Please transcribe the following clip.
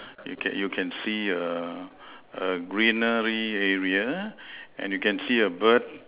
you can you can see a greenery area and you can see a bird